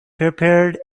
prepared